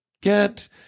get